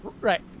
Right